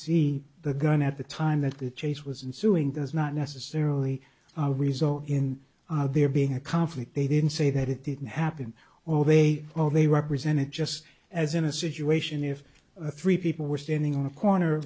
see the gun at the time that the chase was in suing does not necessarily result in there being a conflict they didn't say that it didn't happen or they well they represented just as in a situation if a three people were standing on a corner